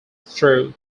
through